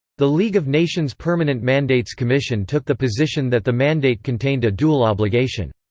the league of nations permanent mandates commission took the position that the mandate contained a dual obligation.